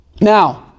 Now